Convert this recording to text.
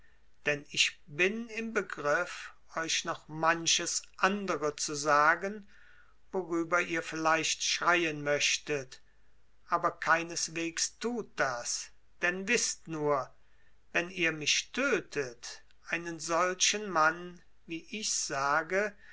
denn ich bin im begriff euch noch manches andere zu sagen worüber ihr vielleicht schreien möchtet aber keineswegs tut das denn wißt nur wenn ihr mich tötet einen solchen mann wie ich sage